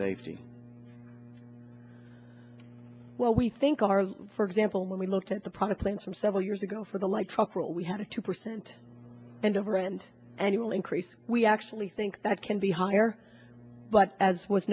safety well we think are for example when we looked at the private plans from several years ago for the light truck what we had a two percent and over and annual increase we actually think that can be higher but as was